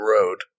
road